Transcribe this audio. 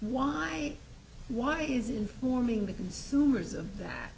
why why is informing the consumers of that